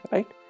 Right